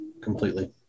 completely